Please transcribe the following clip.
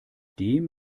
dem